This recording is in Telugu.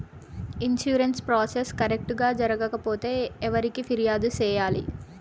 ఇన్సూరెన్సు ప్రాసెస్ కరెక్టు గా జరగకపోతే ఎవరికి ఫిర్యాదు సేయాలి